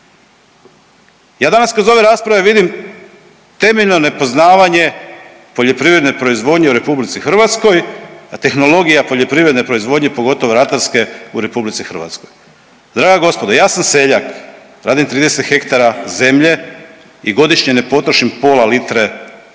Ja danas kroz ove rasprave vidim temeljno nepoznavanje poljoprivredne proizvodnje u RH, a tehnologija poljoprivredne proizvodnje, pogotovo ratarske u RH. Draga gospodo, ja sam seljak, radim 30 hektara zemlje i godišnje ne potrošim pola litre sredstva